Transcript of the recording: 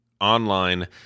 online